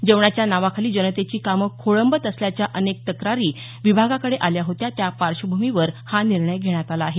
जेवणाच्या नावाखाली जनतेची कामं खोळंबत असल्याच्या अनेक तक्रारी विभागाकडे आल्या होत्या त्या पार्श्वभूमीवर हा निर्णय घेण्यात आला आहे